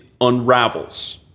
unravels